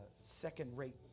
second-rate